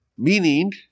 Meaning